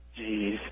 Jeez